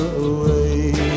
away